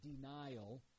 denial